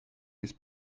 mis